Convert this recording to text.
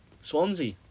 Swansea